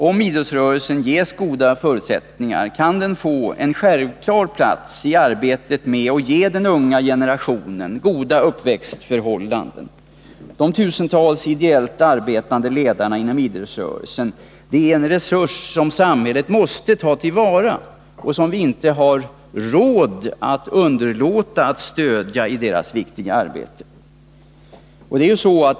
Om idrottsrörelsen ges goda förutsättningar härför kan den få en självklar plats i arbetet med att ge den unga generationen goda uppväxtförhållanden. De tusentals ideellt arbetande ledarna inom idrottsrörelsen är vidare en resurs som samhället måste ta till vara. Vi har inte råd att underlåta att stödja dem i deras viktiga arbete.